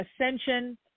ascension